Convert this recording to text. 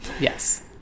Yes